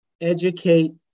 educate